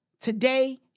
today